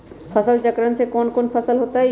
फसल चक्रण में कौन कौन फसल हो ताई?